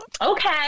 Okay